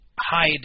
hide